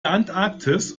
antarktis